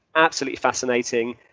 absolutely fascinating.